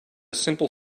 simple